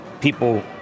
people